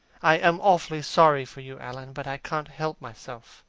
i am awfully sorry for you, alan. but i can't help myself.